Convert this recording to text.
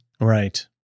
Right